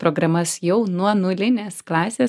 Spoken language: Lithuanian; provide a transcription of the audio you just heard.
programas jau nuo nulinės klasės